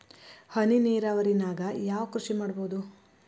ಹನಿ ನೇರಾವರಿ ನಾಗ್ ಯಾವ್ ಕೃಷಿ ಮಾಡ್ಬೋದು?